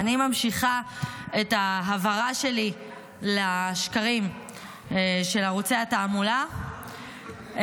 נעבור לנושא הבא על סדר-היום, הצעת חוק לתיקון